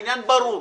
העניין ברור.